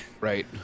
Right